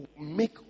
make